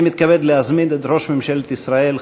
אני מתכבד להזמין את ראש ממשלת ישראל,